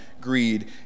greed